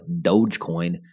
Dogecoin